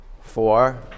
Four